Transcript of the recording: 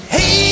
Hey